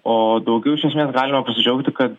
o daugiau iš esmės galima pasidžiaugti kad